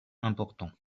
important